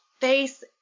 face